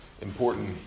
important